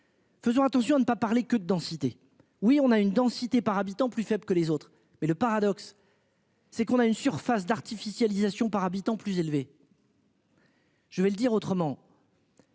Faisons attention à ne pas parler que de densité. Oui on a une densité par habitant plus faible que les autres mais le paradoxe. C'est qu'on a une surface d'artificialisation par habitant plus élevé. Je vais le dire autrement.